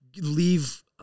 Leave